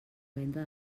venda